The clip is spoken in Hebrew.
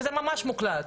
וזה ממש מוקלט,